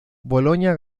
bologna